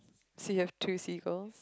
so you have two seagulls